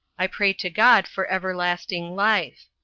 i pray to god for everlasting life.